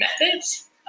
methods